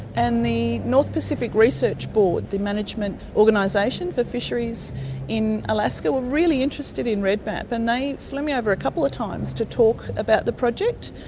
and the north pacific research board, the management organisation for fisheries in alaska, were really interested in redmap and they flew me over a couple of times to talk about the project.